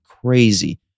crazy